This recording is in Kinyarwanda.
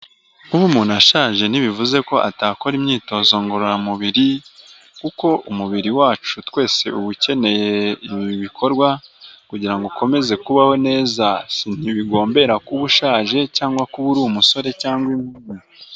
Kuba umuntu ashaje ntibivuze ko atakora imyitozo ngororamubiri, kuko umubiri wacu twese uba ukeneye ibi bikorwa kugira ngo ukomeze kubaho neza, ntibigombera kuba ushaje cyangwa kuba uri umusore cyangwa inkumi.